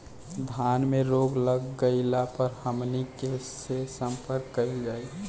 धान में रोग लग गईला पर हमनी के से संपर्क कईल जाई?